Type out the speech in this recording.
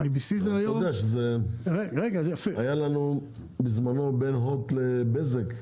אתה יודע שבזמנו היו לנו בעיות בין HOT לבזק.